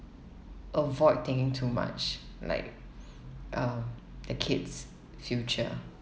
avoid thinking too much like um the kids' future